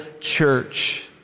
church